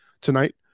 tonight